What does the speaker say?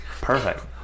Perfect